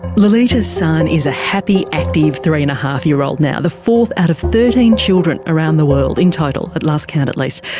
lolita's son is a happy, active, three-and-a-half-year-old now, the fourth out of thirteen children around the world in total, at last count at least,